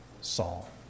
Saul